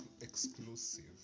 exclusive